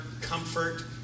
comfort